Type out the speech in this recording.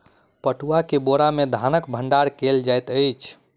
पटुआ के बोरा में धानक भण्डार कयल जाइत अछि